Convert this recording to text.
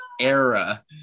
era